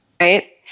right